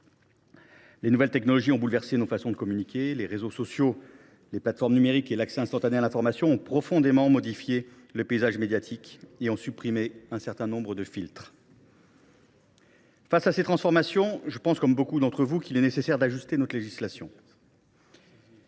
Les nouvelles technologies ont bouleversé notre façon de communiquer : les réseaux sociaux, les plateformes numériques et l’accès instantané à l’information ont profondément modifié le paysage médiatique et ont supprimé un certain nombre de filtres. Face à ces transformations, je pense, comme beaucoup d’entre vous, qu’il est nécessaire d’ajuster notre législation.